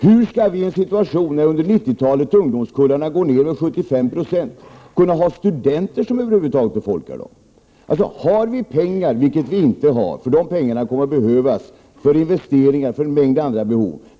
Hur skall vi på 90-talet, då ungdomskullarna minskar med 75 96, kunna få tillräckligt med studenter till högskoleenheterna? Om vi till äventyrs hade de pengar som behövs — det har vi alltså inte, för de pengar som finns kommer att behövas för investeringar och för att tillgodose en mängd Prot.